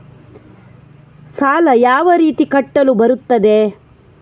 ಸಾಲ ಯಾವ ರೀತಿ ಕಟ್ಟಲು ಬರುತ್ತದೆ?